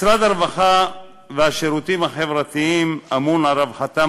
משרד הרווחה והשירותים החברתיים אמון על רווחתם